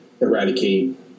eradicate